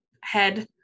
head